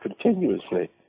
continuously